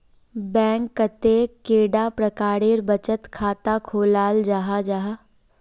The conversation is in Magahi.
बैंक कतेक कैडा प्रकारेर बचत खाता खोलाल जाहा जाहा?